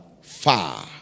far